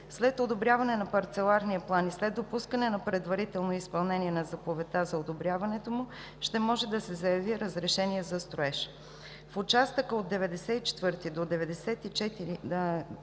След одобряване на Парцеларния план и след допускане на предварително изпълнение на заповедта за одобряването му ще може да се заяви разрешение за строеж. В участъка от км 94 до км